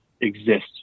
exist